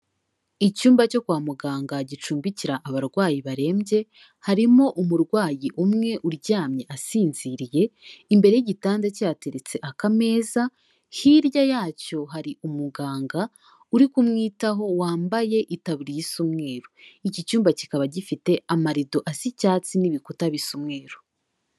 Icyumba cyo kwa muganga gicumbikira abarwayi barembye, harimo umurwayi umwe uryamye asinziriye, imbere y'igitanda cye hateretse akameza, hirya yacyo hari umuganga uri kumwitaho wambaye itaburiya isa umweru, iki cyumba kikaba gifite amarido asa icyatsi n'ibikuta bisa umweru.